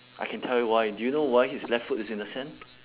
I can tell you why do you know why his left foot is in the sand